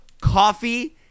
coffee